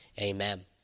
amen